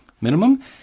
minimum